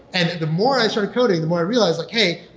and the more i started coding, the more i realized like, hey,